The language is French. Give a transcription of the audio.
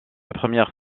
première